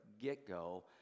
get-go